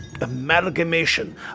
amalgamation